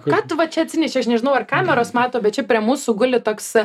ką tu va čia atsinešė aš nežinau ar kameros mato bet čia prie mūsų guli toks